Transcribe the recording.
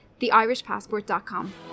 theirishpassport.com